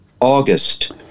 August